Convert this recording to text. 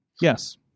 Yes